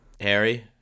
Harry